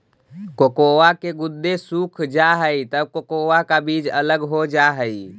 cocoa के गुदे सूख जा हई तब कोकोआ का बीज अलग हो जा हई